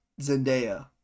Zendaya